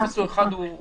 אפס או אחד הוא פחות